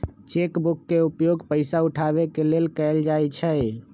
cheque book के उपयोग पइसा उठाबे के लेल कएल जाइ छइ